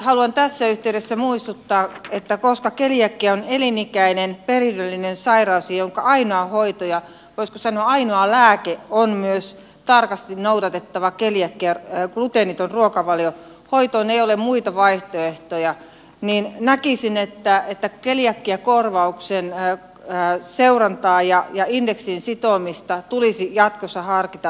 haluan tässä yhteydessä muistuttaa että koska keliakia on elinikäinen perinnöllinen sairaus jonka ainoa hoito ja voisiko sanoa ainoa lääke on myös tarkasti noudatettava gluteeniton ruokavalio ja hoitoon ei ole muita vaihtoehtoja niin näkisin että keliakiakorvauksen seurantaa ja indeksiin sitomista tulisi jatkossa harkita vakavasti